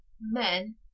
men